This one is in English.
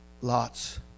Lot's